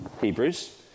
Hebrews